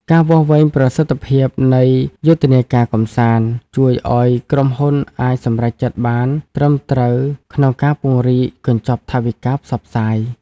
ការវាស់វែងប្រសិទ្ធភាពនៃយុទ្ធនាការកម្សាន្ត ជួយឱ្យក្រុមហ៊ុនអាចសម្រេចចិត្តបានត្រឹមត្រូវក្នុងការពង្រីកកញ្ចប់ថវិកាផ្សព្វផ្សាយ។